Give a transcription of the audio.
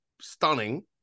stunning